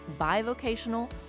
bivocational